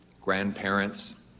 grandparents